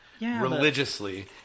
religiously